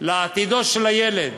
לעתידו של הילד.